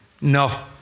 no